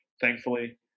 thankfully